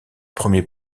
premier